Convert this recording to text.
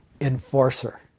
enforcer